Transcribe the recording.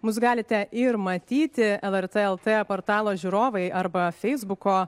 mus galite ir matyti lrt lt portalo žiūrovai arba feisbuko